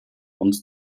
uns